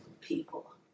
people